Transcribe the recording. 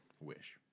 Wish